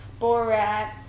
Borat